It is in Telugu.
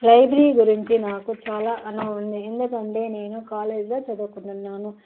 లైబ్రరీ గురించి నాకు చాలా అనుభవం ఉంది ఎందుకంటే నేను కాలేజ్లో చదువుకుంటున్నాను